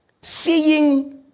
seeing